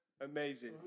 amazing